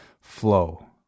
flow